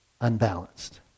unbalanced